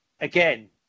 again